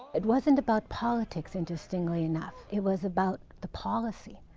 it wasn't about politics interestingly enough. it was about the policy,